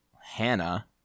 Hannah